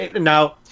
Now